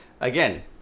again